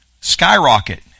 skyrocket